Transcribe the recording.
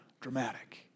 dramatic